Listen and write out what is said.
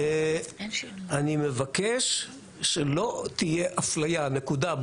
אני מבקש שלא תהיה אפליה, נקודה.